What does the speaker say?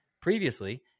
Previously